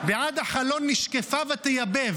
בעד החלון נשקפה ותייבב.